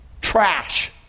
trash